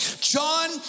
John